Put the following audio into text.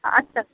আচ্ছা